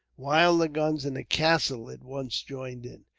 while the guns in the castle at once joined in.